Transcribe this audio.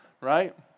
right